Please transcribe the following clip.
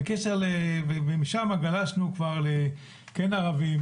ומשם גלשנו כבר לכן ערבים,